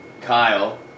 Kyle